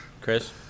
Chris